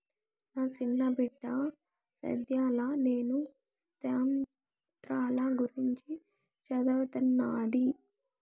నా సిన్న బిడ్డ సేద్యంల నేల శాస్త్రంల గురించి చదవతన్నాది